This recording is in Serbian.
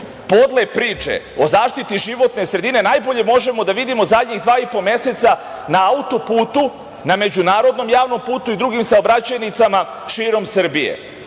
podle priče, o zaštiti životne sredine, najbolje možemo da vidimo zadnjih dva i po meseca na auto-putu, na međunarodnom javnom putu i drugim saobraćajnicama širom Srbije.